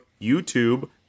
YouTube